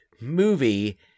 movie